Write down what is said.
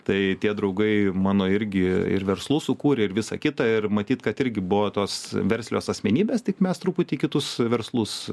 tai tie draugai mano irgi ir verslus sukūrė ir visa kita ir matyt kad irgi buvo tos verslios asmenybės tik mes truputį į kitus verslus